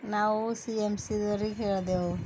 ನಾವು C M C ಸರಿಗೆ ಹೇಳಿದೆವು